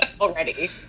already